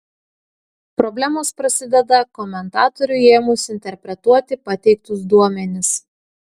problemos prasideda komentatoriui ėmus interpretuoti pateiktus duomenis